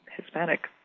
Hispanic